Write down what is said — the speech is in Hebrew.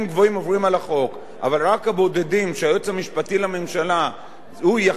אבל רק הבודדים שהיועץ המשפטי לממשלה יחליט מי כן ומי לא,